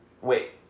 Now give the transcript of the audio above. Wait